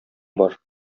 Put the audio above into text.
бар